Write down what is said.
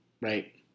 Right